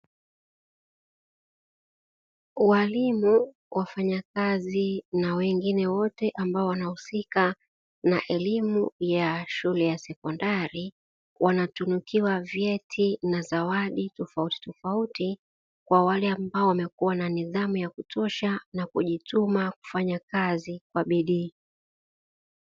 Walimu wafanyakazi na wengine wote ambao wanahusika, na elimu ya shule ya sekondari, wanatunukiwa vyeti na zawadi tofautitofauti, kwa wale ambao wana nidhamu ya kutosha, na kujituma kufanya kazi kwa bidii.